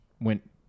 Went